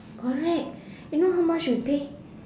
correct you know how much we pay